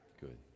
Good